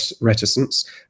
reticence